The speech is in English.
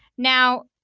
now,